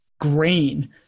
green